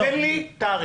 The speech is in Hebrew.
תן לי תאריך.